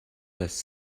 less